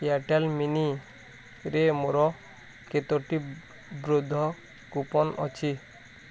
Airtel ମିନିରେ ମୋର କେତୋଟି ବୃଦ୍ଧ କୁପନ୍ ଅଛି